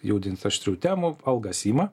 judint aštrių temų algas ima